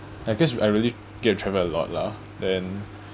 I guess I really get to travel a lot lah then